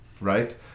right